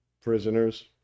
prisoners